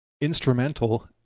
instrumental